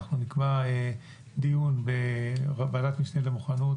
אנחנו נקבע דיון בוועדת משנה למוכנות,